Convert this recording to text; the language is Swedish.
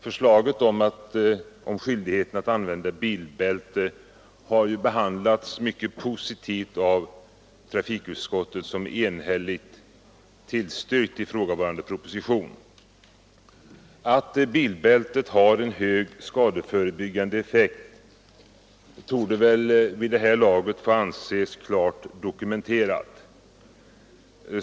Förslaget om skyldigheten att använda bilbälte har behandlats mycket positivt av trafikutskottet, som enhälligt har tillstyrkt propositionen. Att bilbältet har hög skadeförebyggande effekt torde vid det här laget få anses klart dokumenterat.